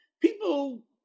people